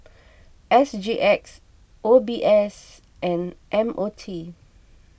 S G X O B S and M O T